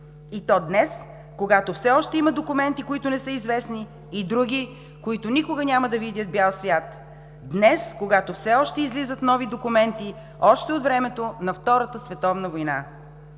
и то днес, когато все още има документи, които не са известни, и други, които никога няма да видят бял свят. Днес, когато все още излизат нови документи още от времето на Втората световна война.